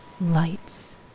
lights